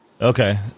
Okay